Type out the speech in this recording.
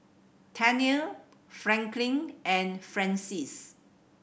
Tennille Franklyn and Frances